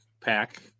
pack